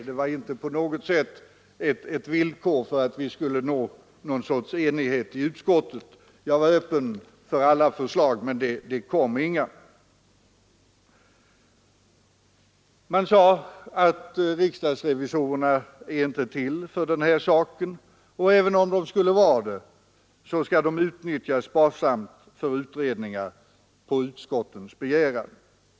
Det var inte på något sätt ett villkor — jag var öppen för alla förslag, men det kom inga. Det sades i utskottet att riksdagsrevisorerna inte är till för sådana här uppgifter, och även om de vore det borde de utnyttjas sparsamt för utredningar på begäran av utskotten.